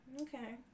Okay